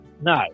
No